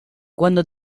cuando